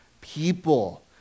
people